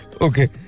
okay